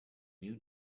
new